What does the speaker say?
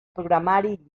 programari